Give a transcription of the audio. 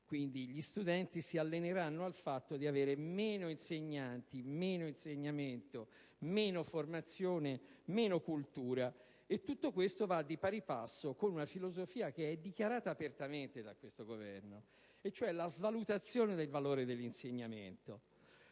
pieno. Gli studenti si alleneranno anche al fatto di avere meno insegnanti, meno insegnamento, meno formazione e meno cultura. Tutto ciò va di pari passo con una filosofia dichiarata apertamente da questo Governo: la svalutazione del valore dell'insegnamento.